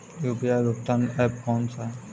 UPI भुगतान app कौन सा है?